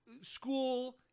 School